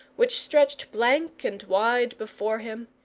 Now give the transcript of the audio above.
which stretched blank and wide before him,